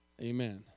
Amen